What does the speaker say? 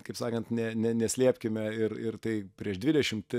kaip sakant ne ne neslėpkime ir ir tai prieš dvidešimt